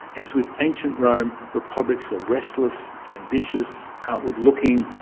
as with ancient rome, republics were restless, ambitious, outward-looking,